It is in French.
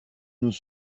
nous